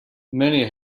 many